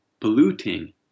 polluting